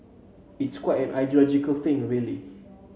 it's quite an ideological thing really